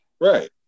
Right